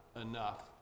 enough